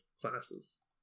classes